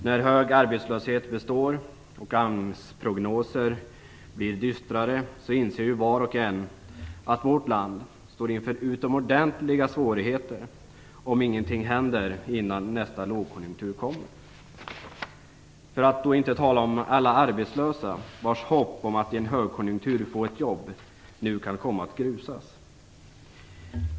När hög arbetslöshet består och AMS prognoser blir dystrare inser ju var och en att vårt land står inför utomordentliga svårigheter om ingenting händer innan nästa lågkonjunktur kommer - för att inte tala om alla arbetslösa vars hopp om att i en högkonjunktur få ett jobb nu kan komma att grusas.